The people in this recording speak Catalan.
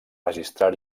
registrar